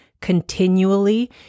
continually